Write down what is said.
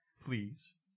please